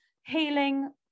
healing